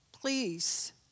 Please